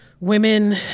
Women